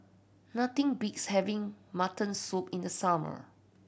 nothing beats having mutton soup in the summer